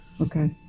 okay